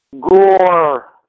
Gore